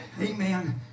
Amen